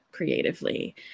creatively